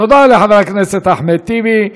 תודה לחבר הכנסת אחמד טיבי.